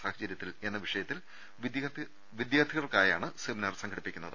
സാഹചര്യത്തിൽ എന്ന വിഷയത്തിൽ വിദ്യാർഥികൾക്കാണ് സെമിനാർ സംഘടിപ്പിക്കുന്നത്